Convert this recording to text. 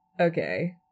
Okay